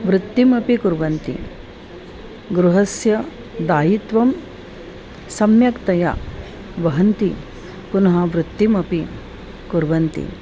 वृत्तिमपि कुर्वन्ति गृहस्य दायित्वं सम्यक्तया वहन्ति पुनः वृत्तिमपि कुर्वन्ति